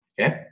okay